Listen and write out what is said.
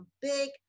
big